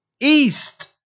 East